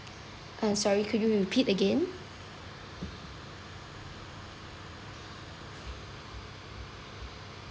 uh sorry could you repeat again